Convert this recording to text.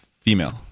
female